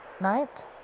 night